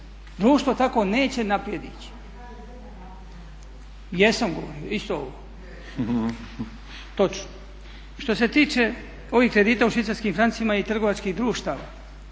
Upadica se ne čuje./… Jesam govorio, isto ovo. Točno. Što se tiče ovih kredita u švicarskim francima i trgovačkih društava,